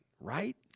right